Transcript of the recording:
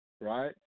right